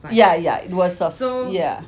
yeah yeah it was of yeah